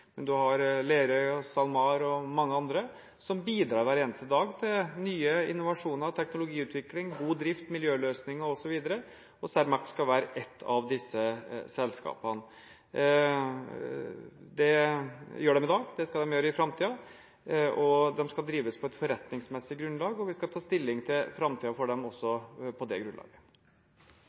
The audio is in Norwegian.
men man har Lerøy, SalMar og mange andre – som bidrar hver eneste dag til ny innovasjon, teknologiutvikling, god drift, miljøløsninger osv., og Cermaq skal være ett av disse selskapene. Det gjør de i dag, og det skal de gjøre i framtiden. De skal drives på et forretningsmessig grunnlag, og vi skal ta stilling til framtiden for dem også på det grunnlaget.